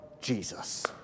Jesus